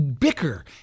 bicker